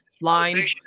line